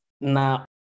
now